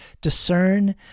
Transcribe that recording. discern